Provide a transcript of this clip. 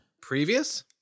Previous